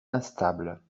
instables